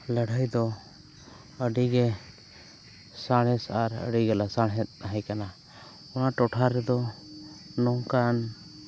ᱞᱟᱹᱲᱦᱟᱹᱭ ᱫᱚ ᱟᱹᱰᱤ ᱜᱮ ᱥᱟᱬᱮᱥ ᱟᱨ ᱟᱹᱰᱤ ᱜᱮ ᱞᱟᱥᱟᱲᱦᱮᱫ ᱛᱟᱦᱮᱸ ᱠᱟᱱᱟ ᱚᱱᱟ ᱴᱚᱴᱷᱟ ᱨᱮᱫᱚ ᱱᱚᱝᱠᱟᱱ